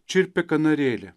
čirpė kanarėlė